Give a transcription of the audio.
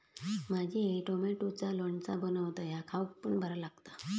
माझी आई टॉमॅटोचा लोणचा बनवता ह्या खाउक पण बरा लागता